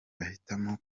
bahitamo